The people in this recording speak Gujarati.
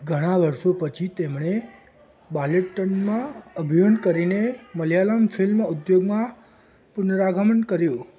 ઘણાં વર્ષો પછી તેમણે બાલેટ્ટનમાં અભિનય કરીને મલયાલમ ફિલ્મ ઉદ્યોગમાં પુનરાગમન કર્યું